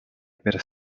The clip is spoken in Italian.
per